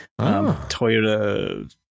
Toyota